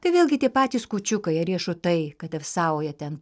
tai vėlgi tie patys kūčiukai ar riešutai kad ir saują ten